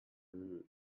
rude